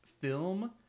film